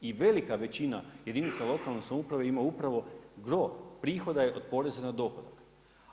I velika većina jedinica lokalne samouprave ima upravo gro prihoda od poreza na dohodak.